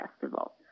festival